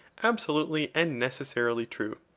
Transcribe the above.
absolutely and necessarily true.